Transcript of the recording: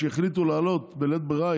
כשהחליטו להעלות בלית ברירה,